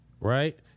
right